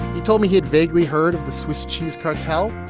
he told me he had vaguely heard of the swiss cheese cartel,